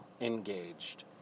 engaged